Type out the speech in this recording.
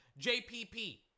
JPP